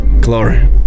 Glory